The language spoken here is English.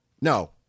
No